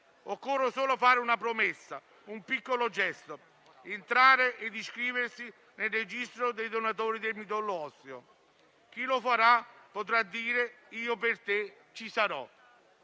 Occorre solo fare una promessa, un piccolo gesto: iscriversi al registro dei donatori di midollo osseo. Chi lo farà potrà dire «Io per te ci sarò»